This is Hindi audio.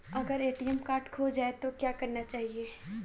अगर ए.टी.एम कार्ड खो जाए तो क्या करना चाहिए?